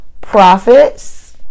prophets